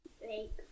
Fake